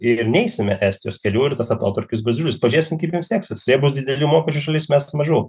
ir neisime estijos keliu ir tas atotrūkis bus pažiūrėsim kaip jiem seksis jie bus didelių mokesčių šalis mes mažų